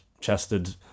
chested